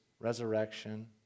resurrection